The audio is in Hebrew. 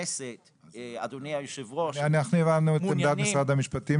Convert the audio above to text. אנחנו הבנו את עמדת משרד המשפטים.